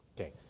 okay